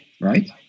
right